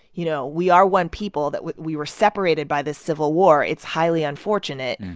you know, we are one people that we we were separated by this civil war it's highly unfortunate.